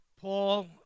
Paul